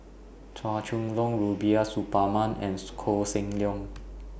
Chua Chong Long Rubiah Suparman and Koh Seng Leong